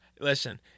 Listen